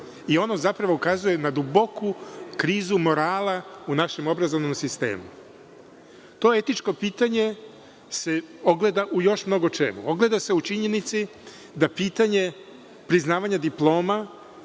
i ono zapravo ukazuje na duboku krizu morala u našem obrazovnom sistemu. To etičko pitanje se ogleda u još mnogo čemu. Ogleda se u činjenici da pitanje priznavanje diploma,